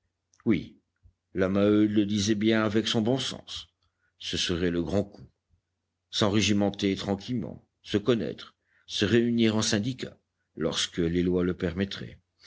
oui la maheude le disait bien avec son bon sens ce serait le grand coup s'enrégimenter tranquillement se connaître se réunir en syndicats lorsque les lois le permettraient